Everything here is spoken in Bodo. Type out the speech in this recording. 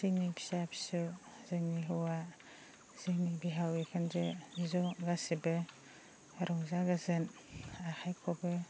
जोंनि फिसा फिसौ जोंनि हौवा जोंनि बिहाव बिखुनजो ज' गासैबो रंजा गोजोन आखाय खबो